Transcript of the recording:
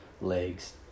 legs